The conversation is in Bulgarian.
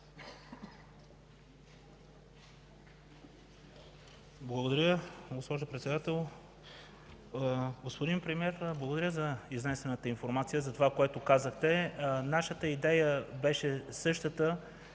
Благодаря, госпожо Председател. Господин Премиер, благодаря за изнесената информация и това, което казахте. Нашата идея – на